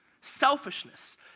selfishness